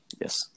Yes